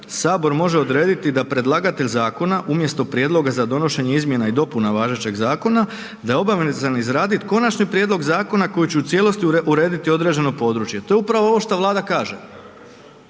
Sabor može odrediti da predlagatelj zakona umjesto prijedloga za donošenje izmjena i dopuna važećeg zakona da je obavezan izraditi konačni prijedlog zakona koji će u cijelosti urediti određeno područje. To je upravo ovo što Vlada kaže,